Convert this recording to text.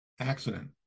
accident